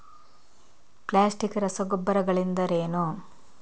Plastic ರಸಗೊಬ್ಬರಗಳೆಂದರೇನು?